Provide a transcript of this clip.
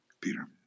Peter